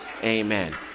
amen